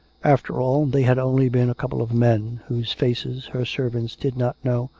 after all, they had only been a couple of men, whose faces her servants did not know,